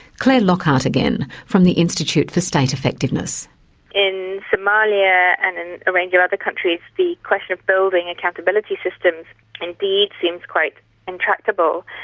clare lockhart again, from the institute for state effectiveness in somalia and in a range of other countries, the question of building accountability systems indeed seems quite intractable.